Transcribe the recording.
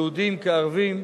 יהודים כערבים,